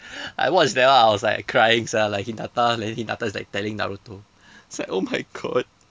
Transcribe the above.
I watched that one I was like crying sia like hinata then hinata is like telling naruto it's like oh my god